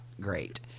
great